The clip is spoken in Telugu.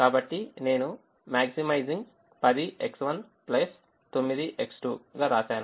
కాబట్టి నేను maximizing 10X1 9X2